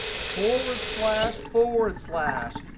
forward slash, forward slash.